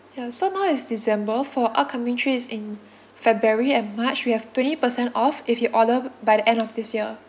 ya so now is december for upcoming trip is in february and march we have twenty percent off if you order by the end of this year